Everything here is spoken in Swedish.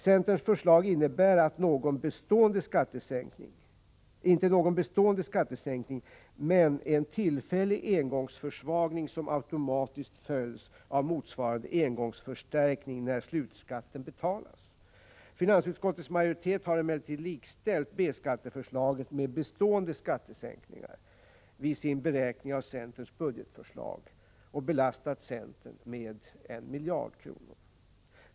Centerns förslag innebär inte någon bestående skattesänkning men en tillfällig engångsförsvagning som automatiskt följs av motsvarande engångsförstärkning när slutskatten betalas. Finansutskottets majoritet har emellertid likställt B-skatteförslaget med bestående skattesänkningar vid sin beräkning av centerns budgetförslag och belastat centern med 1 miljard kronor.